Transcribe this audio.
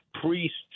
priests